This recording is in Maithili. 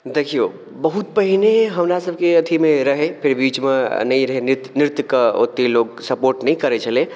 देखियौ बहुत पहिने हमरा सबके अथी मे रहै फेर बीच मे नहि रहै नृत्य नृत्य कऽ ओते लोग सपोर्ट नहि करै छलै